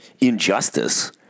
injustice